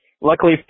luckily